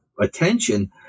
Attention